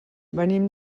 venim